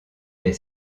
des